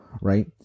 right